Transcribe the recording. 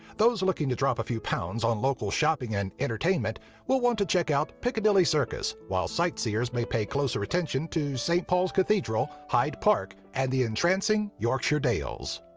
those looking to drop a few pounds on local shopping and entertainment will want to check out piccadilly circus while sightseers may pay closer attention to st. paul's cathedral, hyde park, and the entrancing yorkshire dales.